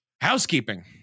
Housekeeping